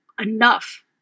enough